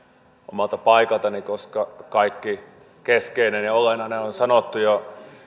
omalta paikaltani koska kaikki keskeinen ja olennainen on sanottu jo